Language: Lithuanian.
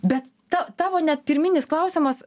bet ta tavo net pirminis klausimas